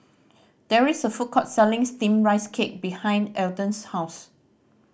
there is a food court selling Steamed Rice Cake behind Alden's house